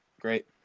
great